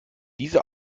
diese